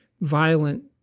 violent